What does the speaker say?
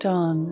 on